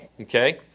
okay